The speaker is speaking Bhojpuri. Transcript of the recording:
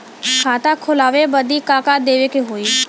खाता खोलावे बदी का का देवे के होइ?